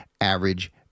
average